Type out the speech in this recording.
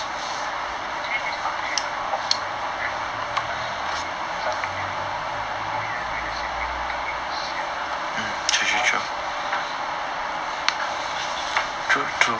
actually this map [one] on the portfolio also not bad but then I mean sometimes you do two years doing the same thing can be quite sian